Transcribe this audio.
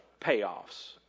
payoffs